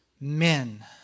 men